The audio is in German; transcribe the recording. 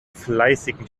fleißigen